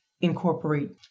incorporate